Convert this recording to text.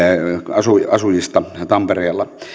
tampereella asujista